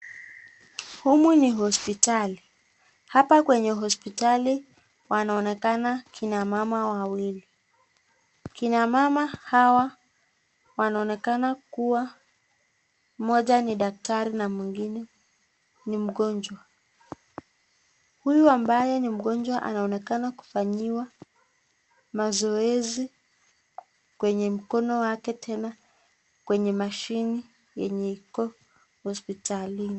Humu ni hospitali. Hapa kwenye hospitali wanaonekana kina mama wawili. Kina mama hawa wanaonekana kuwa moja ni daktari na mwingine ni mgonjwa. Huyu ambaye ni mgonjwa anaonekana kufanyiwa mazoezi kwenye mkono wake tena kwenye mashini yenye iko hospitalini.